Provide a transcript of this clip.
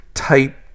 Type